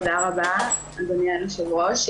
תודה רבה, אדוני היושב-ראש.